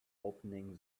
opening